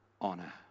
honor